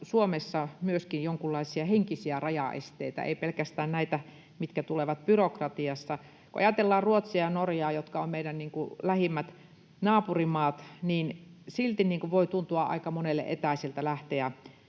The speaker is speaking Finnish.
Suomessa myöskin jonkunlaisia henkisiä rajaesteitä — ei pelkästään näitä, mitkä tulevat byrokratiasta. Kun ajatellaan Ruotsia ja Norjaa, jotka ovat meidän lähimmät naapurimaat, niin silti voi tuntua aika monelle etäiseltä lähteä